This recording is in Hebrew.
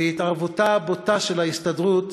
והתערבותה הבוטה של ההסתדרות